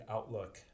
Outlook